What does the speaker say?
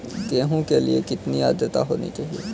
गेहूँ के लिए कितनी आद्रता होनी चाहिए?